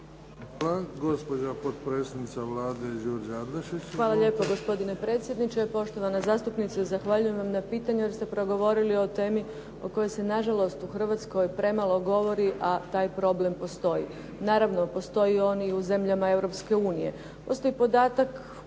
Izvolite. **Adlešič, Đurđa (HSLS)** Hvala lijepo gospodine predsjedniče, poštovana zastupnice zahvaljujem vam na pitanju jer ste progovorili o temi o kojoj se nažalost u Hrvatskoj premalo govori a taj problem postoji. Naravno postoji on i u zemljama Europske unije. Postoji podatak